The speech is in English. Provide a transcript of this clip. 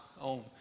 own